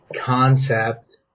concept